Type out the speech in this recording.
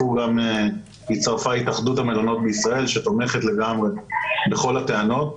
הצטרפה התאחדות המלונות בישראל שתומכת לגמרי בכל הטענות.